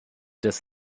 des